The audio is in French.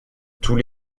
tous